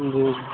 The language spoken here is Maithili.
हूँ हूँ